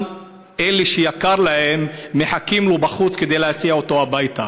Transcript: ואלה שהוא יקר להם מחכים לו בחוץ כדי להסיע אותו הביתה.